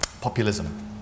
Populism